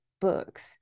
books